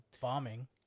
bombing